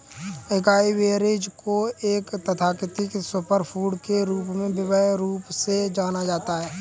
acai berries को एक तथाकथित सुपरफूड के रूप में व्यापक रूप से जाना जाता है